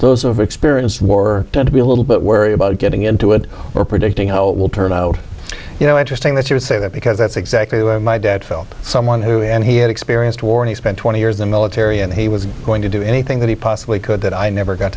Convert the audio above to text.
those of experienced war tend to be a little bit wary about getting into it or predicting how it will turn out you know interesting that you would say that because that's exactly what my dad felt someone who and he had experienced war and spent twenty years the military and he was going to do anything that he possibly could that i never got